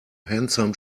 handsome